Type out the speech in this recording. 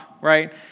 right